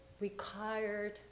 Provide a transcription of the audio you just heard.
required